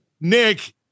Nick